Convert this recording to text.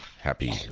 Happy